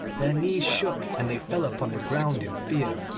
their knees shook and they fell upon the ground in fear.